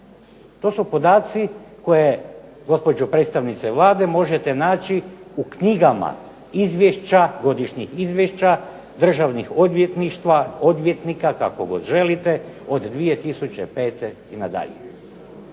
To su podaci koje gospođo predstavnice Vlade možete naći u knjigama godišnjih izvješća državnih odvjetništva, odvjetnika kako god želite od 2005. nadalje.